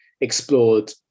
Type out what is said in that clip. explored